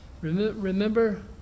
Remember